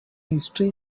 history